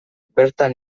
bertan